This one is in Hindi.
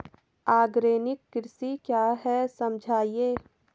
आर्गेनिक कृषि क्या है समझाइए?